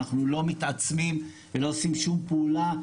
אנחנו לא מתעצמים ולא עושים שום פעולה.